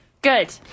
good